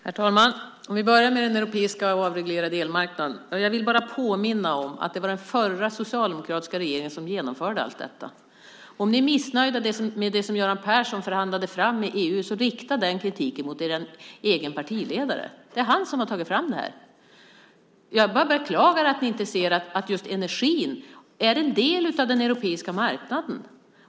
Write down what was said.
Herr talman! Vi kan börja med den europeiska och avreglerade elmarknaden. Jag vill bara påminna om att det var den förra socialdemokratiska regeringen som genomförde allt detta. Om ni är missnöjda med det som Göran Persson förhandlade fram i EU - rikta den kritiken mot er egen partiledare! Det är han som har tagit fram det här. Jag kan bara beklaga att ni inte ser att just energin är en del av den europeiska marknaden.